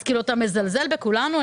אתה מזלזל בכולנו?